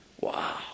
Wow